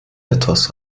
etwas